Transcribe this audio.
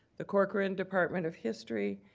the corcoran department of history,